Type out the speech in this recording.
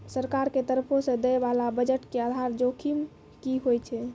सरकार के तरफो से दै बाला बजट के आधार जोखिम कि होय छै?